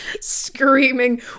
screaming